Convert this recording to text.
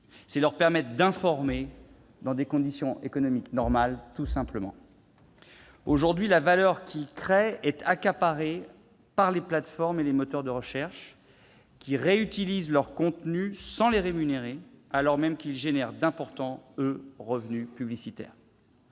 c'est leur permettre d'informer dans des conditions économiques normales, tout simplement. Aujourd'hui, la valeur que créent ces professionnels est accaparée par les plateformes et les moteurs de recherche, qui réutilisent les contenus qu'ils produisent sans les rémunérer alors même qu'ils entraînent d'importants revenus publicitaires.